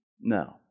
No